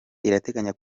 irateganya